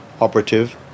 operative